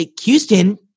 Houston